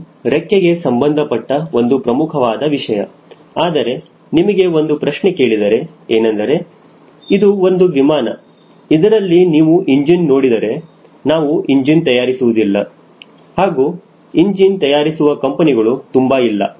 ಇದು ರೆಕ್ಕೆಗೆ ಸಂಬಂಧಪಟ್ಟ ಒಂದು ಪ್ರಮುಖವಾದ ವಿಷಯ ಆದರೆ ನಿಮಗೆ ಒಂದು ಪ್ರಶ್ನೆ ಕೇಳಿದರೆ ಏನೆಂದರೆ ಇದು ಒಂದು ವಿಮಾನ ಇದರಲ್ಲಿ ನೀವು ಇಂಜಿನ್ ನೋಡಿದರೆ ನಾವು ಇಂಜಿನ್ ತಯಾರಿಸುವುದಿಲ್ಲ ಹಾಗೂ ಇಂಜಿನ್ ತಯಾರಿಸುವ ಕಂಪನಿಗಳು ತುಂಬಾ ಇಲ್ಲ